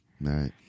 right